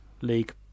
league